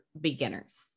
beginners